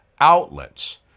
outlets